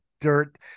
dirt